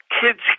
kids